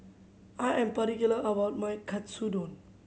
I am particular about my Katsudon